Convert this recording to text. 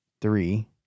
three